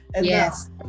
Yes